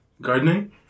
gardening